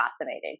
fascinating